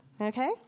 Okay